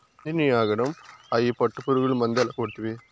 ఏందినీ ఆగడం, అయ్యి పట్టుపురుగులు మందేల కొడ్తివి